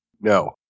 No